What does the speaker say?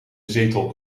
zetel